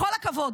בכל הכבוד,